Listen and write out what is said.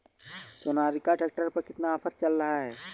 Sonalika tractor पर कितना offer चल रहा है?